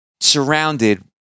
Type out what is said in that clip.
surrounded